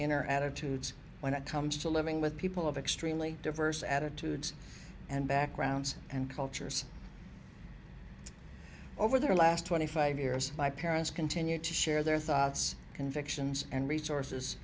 inner attitudes when it comes to living with people of extremely diverse attitudes and backgrounds and cultures over the last twenty five years my parents continue to share their thoughts convictions and resources